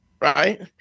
right